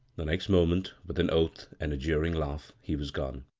the next moment with an oath and a jeering laugh he was gone.